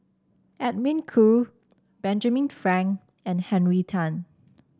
Edwin Koo Benjamin Frank and Henry Tan